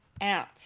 out